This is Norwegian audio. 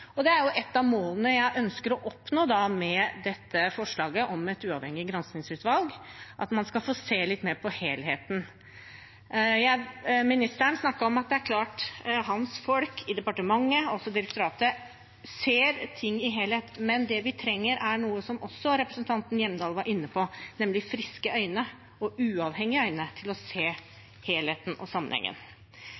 av målene jeg ønsker å oppnå med dette forslaget om et uavhengig granskningsutvalg, er at man skal få se litt mer på helheten. Ministeren snakket om at det er klart at hans folk i departementet – altså direktoratet – ser ting i helhet. Men det vi trenger, er noe som også representanten Hjemdal var inne på, nemlig friske øyne og uavhengige øyne til å se